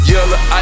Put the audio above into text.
Yellow